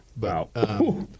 Wow